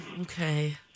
Okay